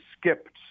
skipped